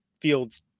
fields